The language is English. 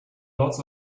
lots